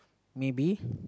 maybe